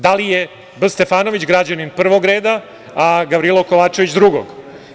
Da li je B. Stefanović građanin prvog reda, a Gavrilo Kovačević drugog?